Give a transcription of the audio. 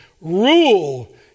rule